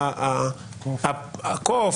אלא הקוף,